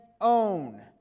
own